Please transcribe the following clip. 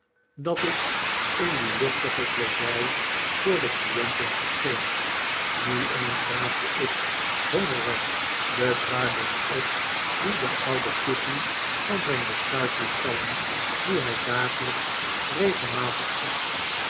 dat ik in die luchtige kleedij voor de clienten verscheen nu eens raapte ik hongerig de kruimels op die de oude tiffey van zijn beschuit liet vallen die hij dagelijks regelmatig at